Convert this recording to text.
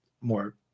more